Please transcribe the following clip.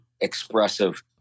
expressive